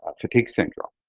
ah fatigue syndrome.